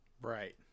Right